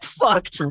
fucked